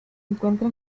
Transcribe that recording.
encuentra